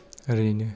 ओरैनो